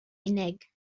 unig